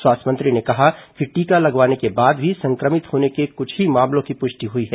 स्वास्थ्य मंत्री ने कहा कि टीका लगवाने के बाद भी संक्रमित होने के कुछ ही मामलों की पुष्टि हुई है